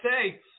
say